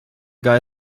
guy